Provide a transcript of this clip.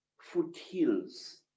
foothills